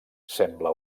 sembla